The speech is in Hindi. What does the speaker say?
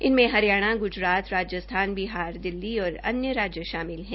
इनमें हरियाणा ग्जरात राजस्थान बिहार दिल्ली और अन्य राज्य शामिल है